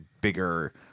bigger